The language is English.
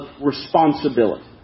responsibility